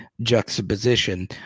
juxtaposition